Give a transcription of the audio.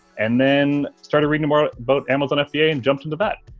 and then, started reading about but amazon fba and jumped into that.